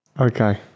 Okay